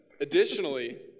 Additionally